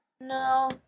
no